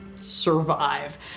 survive